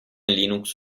linux